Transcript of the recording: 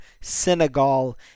Senegal